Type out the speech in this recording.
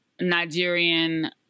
Nigerian